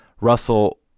russell